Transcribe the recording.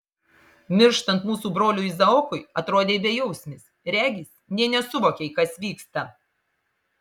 mirštant mūsų broliui izaokui atrodei bejausmis regis nė nesuvokei kas vyksta